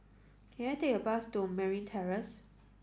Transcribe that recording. can I take a bus to Merryn Terrace